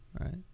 Right